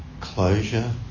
Closure